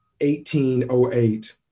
1808